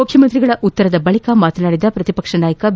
ಮುಖ್ಯಮಂತ್ರಿಗಳ ಉತ್ತರದ ಬಳಿಕ ಮಾತನಾಡಿದ ಪ್ರತಿಪಕ್ಷ ನಾಯಕ ಬಿ